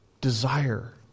desire